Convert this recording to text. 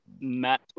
Matt